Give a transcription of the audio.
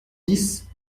dix